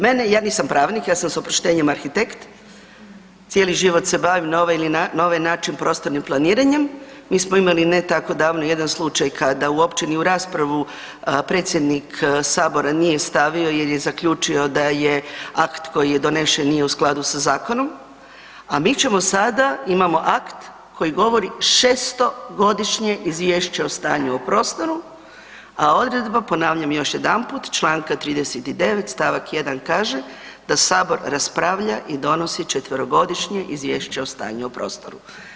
Mene, ja nisam pravnik, ja sam s oproštenjem arhitekt, cijeli živom se bavim na ovaj ili, na ovaj način prostornim planiranjem, mi smo imali ne tako davno jedan slučaj kada uopće ni u raspravu predsjednik sabora nije stavio jer je zaključio da je akt koji je donošen nije u skladu sa zakonom, a mi ćemo sada imamo akt koji govori šestogodišnje izvješće o stanju u prostoru, a odredba ponavljam još jedanput Članka 39. stavak 1. kaže da sabor raspravlja i donosi četverogodišnje izvješće o stanju u prostoru.